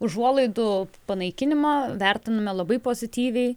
užuolaidų panaikinimą vertiname labai pozityviai